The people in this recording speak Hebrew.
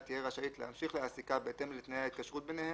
תהיה רשאית להמשיך להעסיקה בהתאם לתנאי ההתקשרות ביניהן,